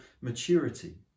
maturity